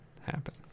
happen